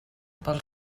pel